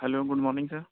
hello good morning sir